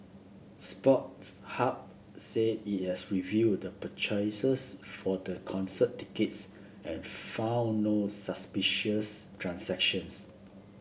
Sports Hub said it has reviewed the purchases for the concert tickets and found no suspicious transactions